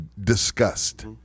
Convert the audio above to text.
discussed